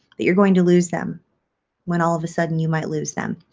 that you're going to lose them when all of a sudden you might lose them.